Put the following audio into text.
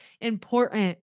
important